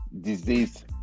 disease